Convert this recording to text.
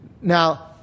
Now